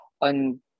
on